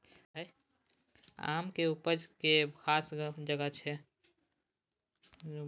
आम केर उपज मे भारत केर खास जगह छै